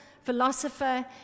philosopher